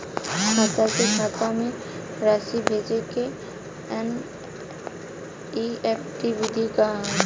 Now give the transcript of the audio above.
खाता से खाता में राशि भेजे के एन.ई.एफ.टी विधि का ह?